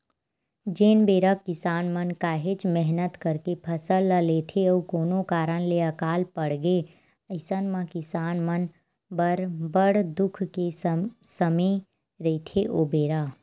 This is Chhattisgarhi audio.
जेन बेरा किसान मन काहेच मेहनत करके फसल ल लेथे अउ कोनो कारन ले अकाल पड़गे अइसन म किसान मन बर बड़ दुख के समे रहिथे ओ बेरा